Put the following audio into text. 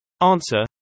Answer